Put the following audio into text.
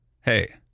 hey